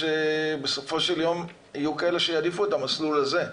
בסופו של יום יהיו אנשים שיעדיפו את המסלול הזה.